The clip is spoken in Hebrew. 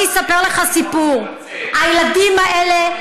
אני אספר לך סיפור: הילדים האלה,